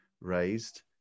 raised